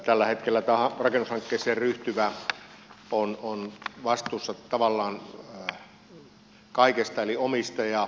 tällä hetkellä rakennushankkeeseen ryhtyvä on vastuussa tavallaan kaikesta eli omistaja